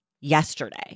yesterday